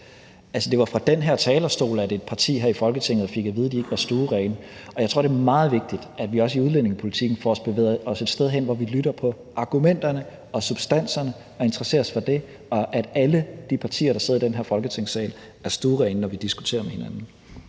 det var fra den her talerstol, at et parti her i Folketinget fik at vide, at de ikke var stuerene. Jeg tror, det er meget vigtigt, at vi også i udlændingepolitikken får bevæget os et sted hen, hvor vi lytter til argumenterne og substansen og interesserer os for det, og hvor alle de partier, der sidder i den her Folketingssal, er stuerene, når vi diskuterer med hinanden.